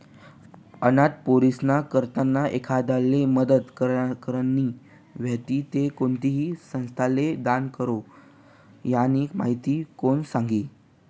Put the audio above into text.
अनाथ पोरीस्नी करता एखांदाले मदत करनी व्हयी ते कोणती संस्थाले दान करो, यानी माहिती कोण सांगी